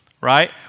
Right